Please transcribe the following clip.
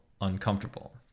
uncomfortable